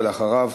אחריו,